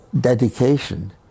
dedication